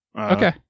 Okay